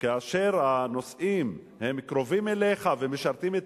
כאשר הנושאים קרובים אליך ומשרתים את